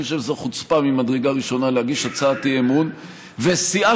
אני חושב שזו חוצפה ממדרגה ראשונה להגיש הצעת אי-אמון וסיעה